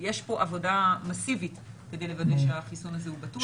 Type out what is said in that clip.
יש פה עבודה מסיבית כדי לוודא שהחיסון הזה הוא בטוח.